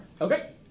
Okay